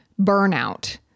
burnout